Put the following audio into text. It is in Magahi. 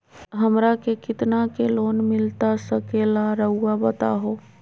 हमरा के कितना के लोन मिलता सके ला रायुआ बताहो?